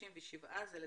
57 זה לקורונה.